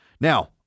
Now